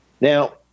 Now